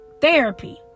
therapy